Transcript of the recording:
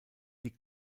die